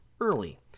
early